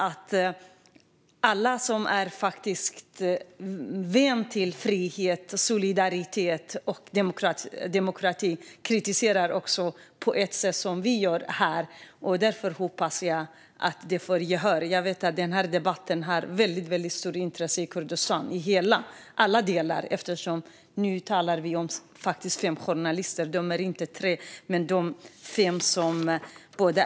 Alla som är vänner av frihet, solidaritet och demokrati kritiserar på ett sådant sätt som vi gör här. Därför hoppas jag att detta ska få gehör. Jag vet att det i alla delar av Kurdistan finns ett stort intresse för den här debatten, eftersom vi nu talar om de fem, inte tre, journalisterna.